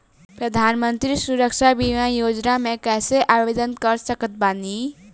प्रधानमंत्री सुरक्षा बीमा योजना मे कैसे आवेदन कर सकत बानी?